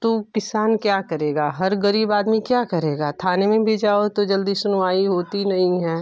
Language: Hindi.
तो किसान क्या करेगा हर गरीब आदमी क्या करेगा थाने में भी जाओ तो जल्दी सुनवाई होती नहीं है